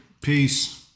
Peace